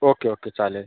okay okay चालेल